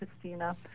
Christina